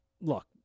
Look